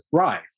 thrive